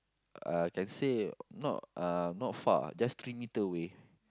uh can say not uh not far just three meter away